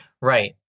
Right